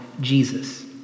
Jesus